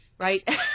Right